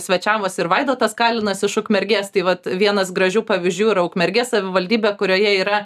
svečiavosi ir vaidotas kalinas iš ukmergės tai vat vienas gražių pavyzdžių yra ukmergės savivaldybė kurioje yra